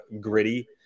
gritty